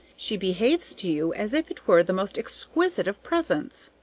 she behaves to you as if it were the most exquisite of presents!